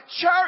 church